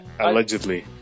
allegedly